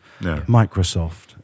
Microsoft